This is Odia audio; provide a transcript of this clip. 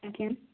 ଆଜ୍ଞା